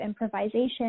improvisation